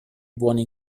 buoni